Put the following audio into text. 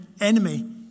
enemy